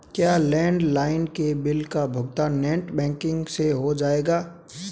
क्या लैंडलाइन के बिल का भुगतान नेट बैंकिंग से हो जाएगा?